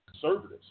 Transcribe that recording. conservatives